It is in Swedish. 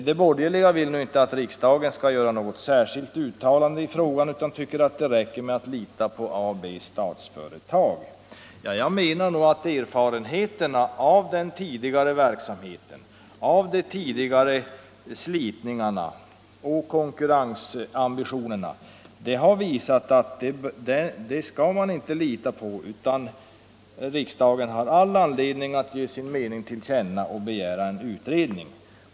Men de borgerliga vill nu inte att riksdagen skall göra något särskilt uttalande i frågan utan tycker att det räcker med att lita till Statsföretag AB. Jag menar emellertid att erfarenheterna av den tidigare verksamheten och erfarenheterna av de tidigare slitningarna och konkurrensambitionerna har visat att man inte kan lita till Statsföretag, utan riksdagen har all anledning att ge sin mening till känna och begära en utredning.